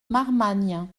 marmagne